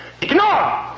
ignore